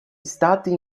stati